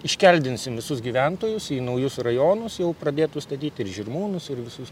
iškeldinsim visus gyventojus į naujus rajonus jau pradėtus statyti ir žirmūnus ir visus